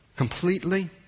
Completely